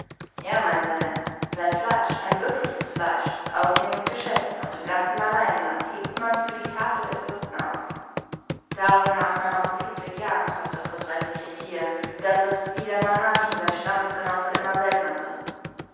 land sein fleisch ein wirkliches fleisch ist ausnehmend geschätzt und im ganzen malayenland hebt man's für die tafel der fürsten auf darum macht man auch so hitzig jagd auf das vortreffliche thier daß es wie der manati sein stammesgenosse immer seltener wird